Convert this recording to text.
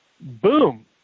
boom